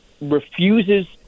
refuses